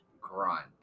grunt